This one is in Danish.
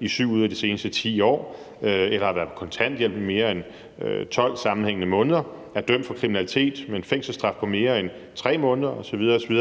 i 7 ud af de seneste 10 år, eller som har været på kontanthjælp i mere end 12 sammenhængende måneder, som er dømt for kriminalitet med en fængselsstraf på mere end 3 måneder osv.